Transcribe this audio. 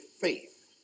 faith